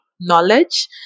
knowledge